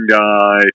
guy